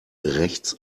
rechts